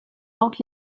donc